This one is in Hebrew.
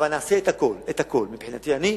אבל נעשה את הכול, מבחינתי אני,